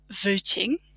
voting